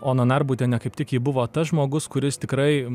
oną narbutienę kaip tik ji buvo tas žmogus kuris tikrai